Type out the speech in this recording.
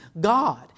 God